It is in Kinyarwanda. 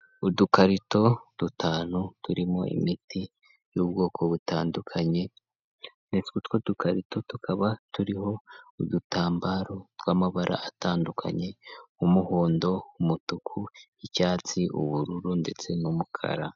Udukarito dutanu turimo imiti y'ubwoko butandukanye, ndetse utwo dukarito tukaba turiho udutambaro tw'amabara atandukanye; umuhondo, umutuku, icyatsi, ubururu, ndetse n'umukara.